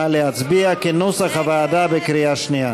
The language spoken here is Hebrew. נא להצביע, כנוסח הוועדה, בקריאה שנייה.